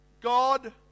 God